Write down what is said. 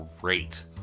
great